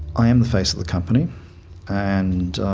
i am the face of the company and